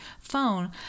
phone